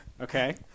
Okay